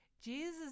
Jesus